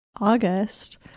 August